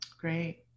Great